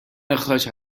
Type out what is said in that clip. اخراج